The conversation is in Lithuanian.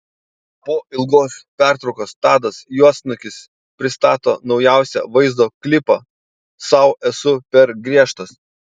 po ilgos pertraukos tadas juodsnukis pristato naujausią vaizdo klipą sau esu per griežtas